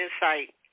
insight